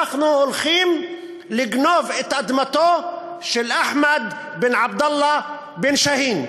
אנחנו הולכים לגנוב את אדמתו של אחמד בן עבדאללה בן שאהין,